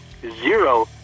zero